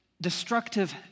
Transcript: destructive